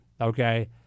Okay